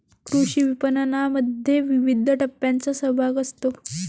कृषी विपणनामध्ये विविध टप्प्यांचा सहभाग असतो